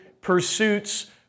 pursuits